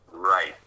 Right